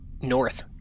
north